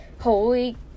holy